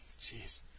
Jeez